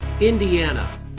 Indiana